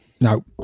No